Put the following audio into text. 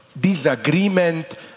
disagreement